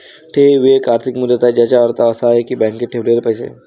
ठेव ही एक आर्थिक मुदत आहे ज्याचा अर्थ असा आहे की बँकेत ठेवलेले पैसे